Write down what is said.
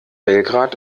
belgrad